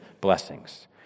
blessings